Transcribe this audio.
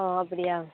ஓ அப்படியா